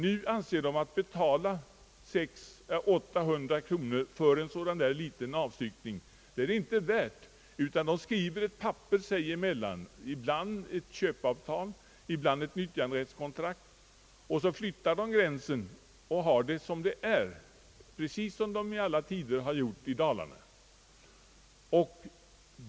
Nu anser de det inte värt att betala 600—3800 kronor för en sådan liten avstyckning, utan de skriver under ett papper sinsemellan, ibland ett köpeavtal, ibland ett nyttjanderättskontrakt. De flyttar gränsen och låter allt vara som det är, precis som man i alla tider gjort i Dalarna.